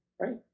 right